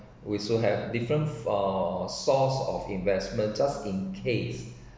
we should have different for source of investment just in case